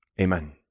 Amen